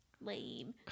Lame